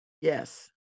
Yes